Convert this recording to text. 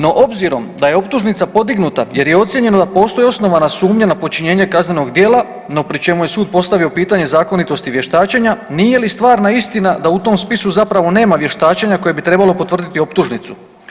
No obzirom da je optužnica podignuta jer je ocijenjeno da postoji osnovana sumnja na počinjenje kaznenog djela, no pri čemu je sud postavio pitanje zakonitosti vještačenja, nije li stvarna istina da u tom spisu zapravo nema vještačenja koje bi trebalo potvrditi optužnicu?